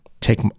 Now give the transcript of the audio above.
take